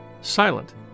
silent